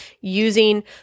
using